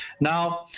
Now